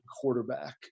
quarterback